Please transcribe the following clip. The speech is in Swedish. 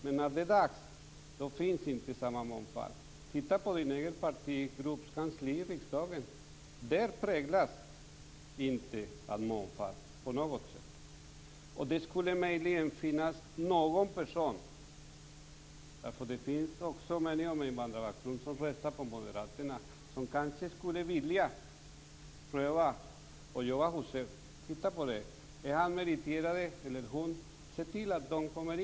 Men när det verkligen gäller, då finns inte samma mångfald. Titta på det egna partiet och gruppkansliet i riksdagen, som inte på något sätt präglas av mångfald! Möjligen finns det någon person med invandrarbakgrund som röstar på Moderaterna som kanske skulle vilja pröva på att jobba hos er. Titta på det! Om han eller hon är meriterad, se då till att vederbörande kommer in!